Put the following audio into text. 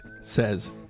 says